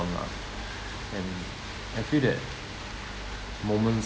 lah and I feel that moments